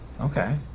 Okay